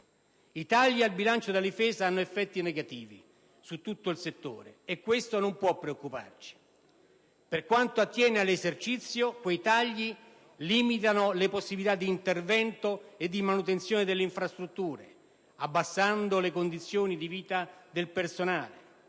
I tagli al bilancio della Difesa hanno effetti negativi su tutto il settore e ciò non può non preoccuparci. Per quanto attiene all'esercizio, quei tagli limitano le possibilità di intervento e di manutenzione delle infrastrutture, abbassando le condizioni di vita del personale;